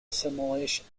assimilation